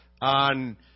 on